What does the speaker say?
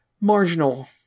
marginal